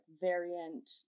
variant